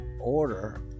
order